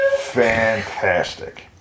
fantastic